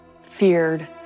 feared